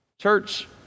Church